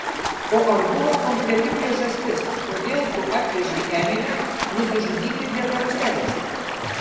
o ar buvo konkreti priežastis kodėl tu atvežei emilę nusižudyti prie karuselės